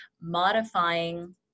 modifying